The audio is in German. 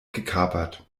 gekapert